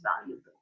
valuable